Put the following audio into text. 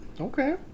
okay